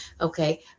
okay